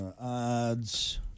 Odds